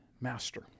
master